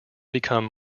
become